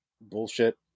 bullshit